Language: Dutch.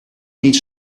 niet